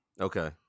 Okay